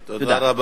תודה.